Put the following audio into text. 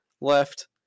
left